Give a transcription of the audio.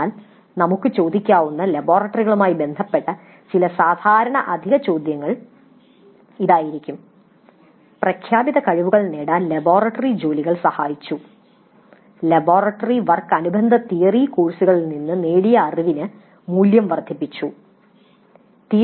എന്നാൽ നമുക്ക് ചോദിക്കാവുന്ന ലബോറട്ടറികളുമായി ബന്ധപ്പെട്ട ചില സാധാരണ അധിക ചോദ്യങ്ങൾ ഇതായിരിക്കും "പ്രഖ്യാപിത കഴിവുകൾ നേടാൻ ലബോറട്ടറി ജോലികൾ സഹായിച്ചു" "ലബോറട്ടറി വർക്ക് അനുബന്ധതിയറി കോഴ്സുകളിൽ നിന്ന് നേടിയ അറിവിന് മൂല്യം വർദ്ധിപ്പിച്ചു"